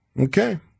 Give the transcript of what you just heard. Okay